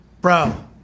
bro